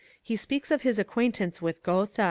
he speaks of his acquaint ance with goethe.